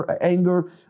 anger